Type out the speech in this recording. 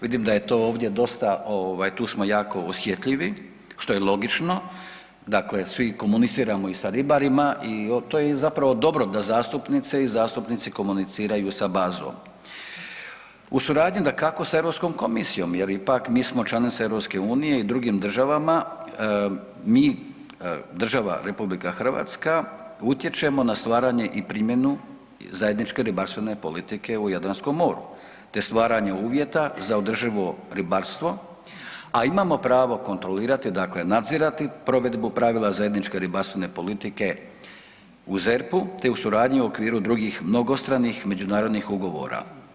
Vidim da je to ovdje dosta ovaj tu smo jako osjetljivi, što je logično, dakle svi komuniciramo i sa ribarima i to je i zapravo dobro da zastupnice i zastupnici komuniciraju sa bazom u suradnji dakako sa Europskom komisijom jer ipak mi smo članica EU i drugim državama mi država RH utječemo na stvaranje i primjenu zajedničke ribarstvene politike u Jadranskom moru, te stvaranje uvjeta za održivo ribarstvo, a imamo pravo kontrolirati, dakle nadzirati provedbu pravila zajedničke ribarstvene politike u ZERP-u, te u suradnji i u okviru drugih mnogostranih međunarodnih ugovora.